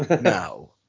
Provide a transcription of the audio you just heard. Now